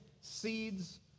seeds